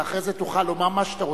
אחרי זה תוכל לומר מה שאתה רוצה.